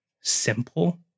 simple